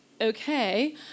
okay